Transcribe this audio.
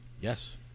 yes